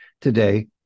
today